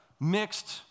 mixed